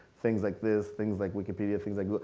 things like this. things like wikipedia. things like,